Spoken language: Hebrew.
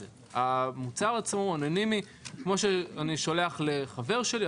המוצר עצמו הוא אנונימי; כמו שאני שולח לחבר שלי,